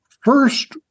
first